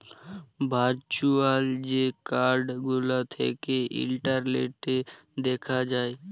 virtual যে card গুলা থ্যাকে ইলটারলেটে দ্যাখা যায়